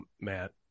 Matt